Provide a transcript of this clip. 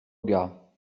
gars